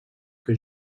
que